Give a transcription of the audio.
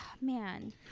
man